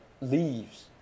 leaves